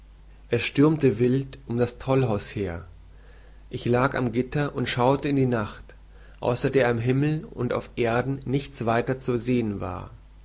es stürmte wild um das tollhaus her ich lag am gitter und schaute in die nacht außer der am himmel und auf erden nichts weiter zu sehen war